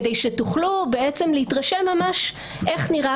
כדי שתוכלו להתרשם ממש איך נראה